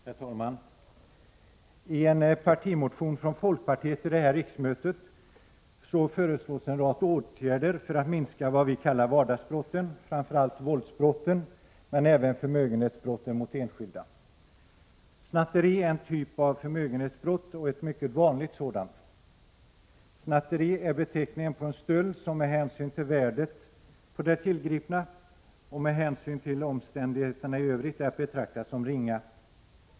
Herr talman! I en partimotion från folkpartiet till det här riksmötet föreslås en rad åtgärder för att minska vad vi kallar vardagsbrotten — framför allt våldsbrotten — och även förmögenhetsbrotten mot enskilda. Snatteri är en typ av förmögenhetsbrott, och ett mycket vanligt sådant. Snatteri är beteckningen på en stöld, som med hänsyn till värdet av det tillgripna och med hänsyn till omständigheterna i övrigt är att betrakta som ringa.